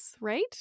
right